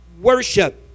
worship